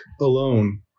alone